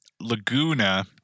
Laguna